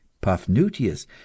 Paphnutius